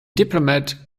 diplomat